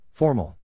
Formal